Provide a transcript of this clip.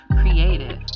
creative